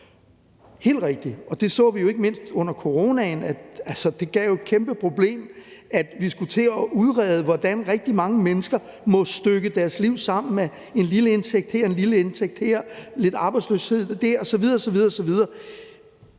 helt rigtigt, og det så vi jo ikke mindst under coronaen. Det gav jo et kæmpeproblem, at vi skulle til at udrede, hvordan rigtig mange mennesker måtte stykke deres liv sammen af en lille indtægt her og en lille indtægt der, lidt arbejdsløshed osv. osv. –